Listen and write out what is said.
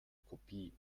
kopie